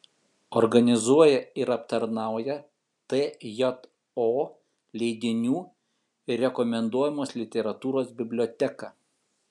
organizuoja ir aptarnauja tjo leidinių ir rekomenduojamos literatūros biblioteką